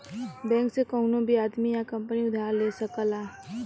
bank से कउनो भी आदमी या कंपनी उधार ले सकला